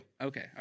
Okay